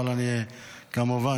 אבל כמובן,